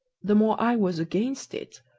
the more i was against it,